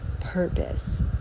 purpose